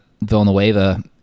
Villanueva